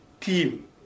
team